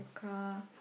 car